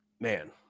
man